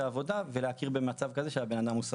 עבודה ולהכיר במצב כזה שהבן אדם הוא שכיר.